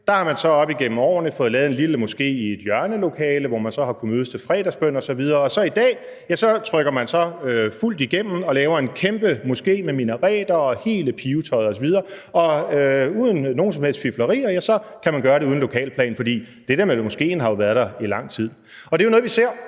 så har man op igennem årene fået lavet en lille moské i et hjørnelokale, hvor man så har kunnet mødes til fredagsbøn osv., og så i dag trykker man fuldt igennem og laver en kæmpe moské med minareter og hele pibetøjet osv. Uden nogen som helst fiflerier kan man gøre det uden en lokalplan, for det med moskéen har jo været der i lang tid. Det er noget, vi ser